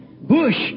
bush